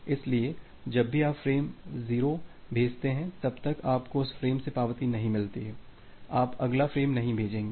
इसलिए जब भी आप फ्रेम 0 भेजते हैं जब तक आपको उस फ्रेम से पावती नहीं मिलती है आप अगला फ्रेम नहीं भेजेंगे